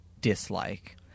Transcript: dislike